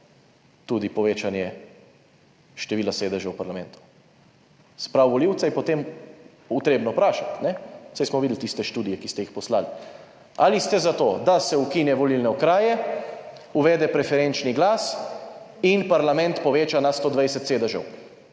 tudi povečanje števila sedežev v parlamentu. Se pravi, volivce je potem potrebno vprašati, saj smo videli tiste študije, ki ste jih poslali, ali ste za to, da se ukine volilne okraje, uvede preferenčni glas in parlament poveča na 120 sedežev,